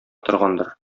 торгандыр